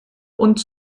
und